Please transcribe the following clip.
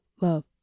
love